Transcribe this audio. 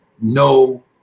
no